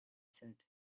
said